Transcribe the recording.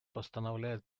постановляет